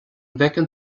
bhfeiceann